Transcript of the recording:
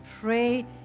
pray